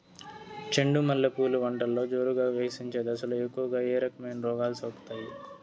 చెండు మల్లె పూలు పంటలో జోరుగా వికసించే దశలో ఎక్కువగా ఏ రకమైన రోగాలు సోకుతాయి?